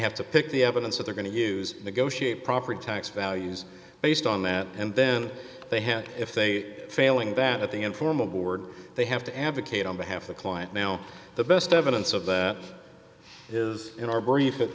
have to pick the evidence that they're going to use negotiate property tax values based on that and then they have if they failing that at the informal board they have to advocate on behalf of client now the best evidence of that is in our brief